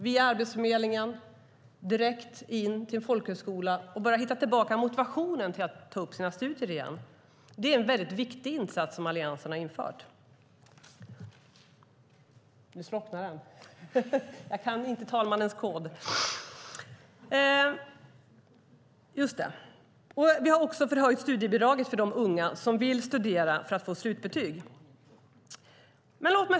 Via Arbetsförmedlingen hade de kommit direkt in på en folkhögskola. De började hitta motivationen att ta upp sina studier igen. Det är en viktig insats som Alliansen har gjort. Vi har också höjt studiebidraget för de unga som vill studera för att få slutbetyg.